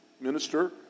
minister